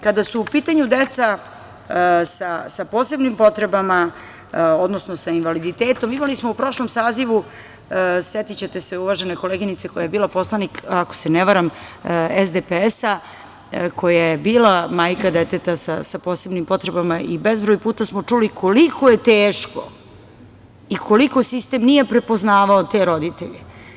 Kada su u pitanju deca sa posebnim potrebama, odnosno sa invaliditetom, imali smo u prošlom sazivu, setiće te se uvažene koleginice, koja je bila poslanik, ako se ne varam SDPS-a koja je bila majka deteta sa posebnim potrebama i bezbroj puta smo čuli koliko je teško i koliko sistem nije prepoznavao te roditelje.